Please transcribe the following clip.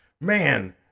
man